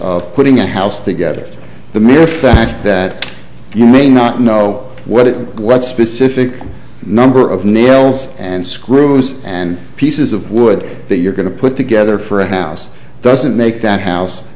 of putting a house together for the mere fact that you may not know what it was a specific number of nails and screws and pieces of wood that you're going to put together for a house doesn't make that house